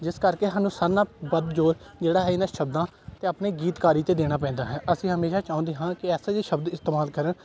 ਜਿਸ ਕਰਕੇ ਸਾਨੂੰ ਸਾਰਿਆਂ ਨਾਲ ਵੱਧ ਜ਼ੋਰ ਜਿਹੜਾ ਹੈ ਇਹਨਾਂ ਸ਼ਬਦਾਂ ਅਤੇ ਆਪਣੇ ਗੀਤਕਾਰੀ 'ਤੇ ਦੇਣਾ ਪੈਂਦਾ ਹੈ ਅਸੀਂ ਹਮੇਸ਼ਾਂ ਚਾਹੁੰਦੇ ਹਾਂ ਕਿ ਐਸੇ ਜਿਹੇ ਸ਼ਬਦ ਇਸਤੇਮਾਲ ਕਰਨ